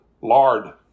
Lard